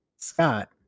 Scott